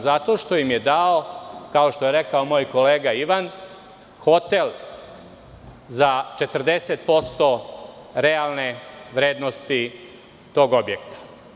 Zato što im je dao, kao što je rekao moj kolega Ivan, hotel za 40% realne vrednosti tog objekta.